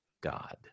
God